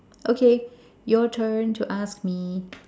okay your turn to ask me